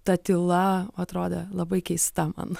ta tyla atrodė labai keista man